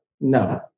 No